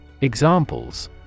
Examples